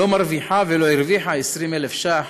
לא מרוויחה ולא הרוויחה 20,000 ש"ח